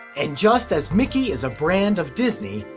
and just as mickey is a brand of disney,